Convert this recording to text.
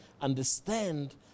understand